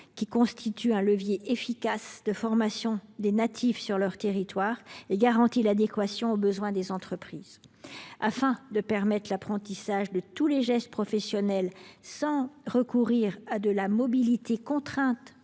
qui constitue un levier efficace de formation des natifs sur leur territoire et garantit l’adéquation aux besoins des entreprises. Afin de permettre l’apprentissage de tous les gestes professionnels sans recourir à la mobilité contrainte